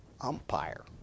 Umpire